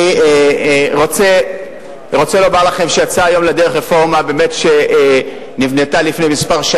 אני רוצה לומר לכם שיצאה היום לדרך רפורמה שנבנתה לפני שנים מספר,